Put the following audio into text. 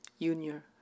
Junior